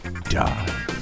Die